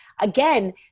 again